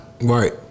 Right